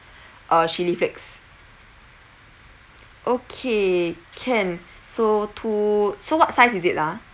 uh chilli flakes okay can so to so what size is it ah